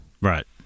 Right